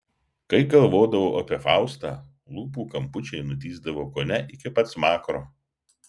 kai galvodavau apie faustą lūpų kampučiai nutįsdavo kone iki pat smakro